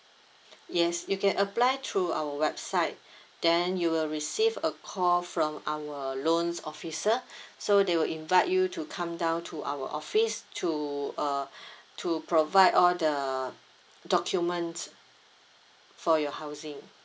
yes you can apply through our website then you will receive a call from our loans officer so they will invite you to come down to our office to uh to provide all the document for your housing